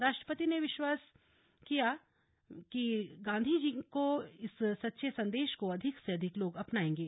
राष्ट्रपति ने विश्वास व्यक्त किया कि गांधी जी के इस सच्चे संदेश को अधिक से अधिक लोग अपनायेंगे